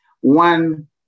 One